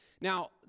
Now